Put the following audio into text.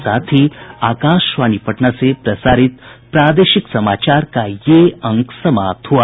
इसके साथ ही आकाशवाणी पटना से प्रसारित प्रादेशिक समाचार का ये अंक समाप्त हुआ